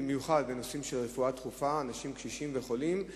במיוחד בנושאים של רפואה דחופה מדובר באנשים קשישים וחולים.